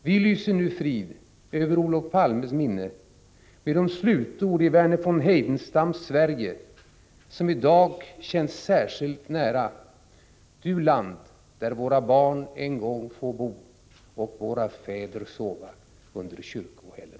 Vi lyser nu frid över Olof Palmes minne med de slutord i Verner von Heidenstams ”Sverige” som i dag känns särskilt nära: ”Du land, där våra barn en gång få bo och våra fäder sova under kyrkohällen.”